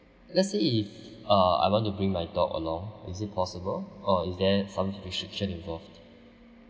let's say if uh I want to bring my dog along is it possible or is there some restriction involved